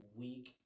week